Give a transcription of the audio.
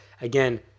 Again